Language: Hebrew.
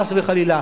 חס וחלילה,